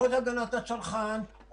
עוד הגנת הצרכן,